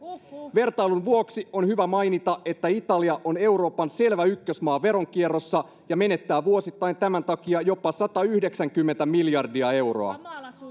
vertailun vuoksi on hyvä mainita että italia on euroopan selvä ykkösmaa veronkierrossa ja menettää vuosittain tämän takia jopa satayhdeksänkymmentä miljardia euroa